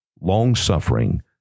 long-suffering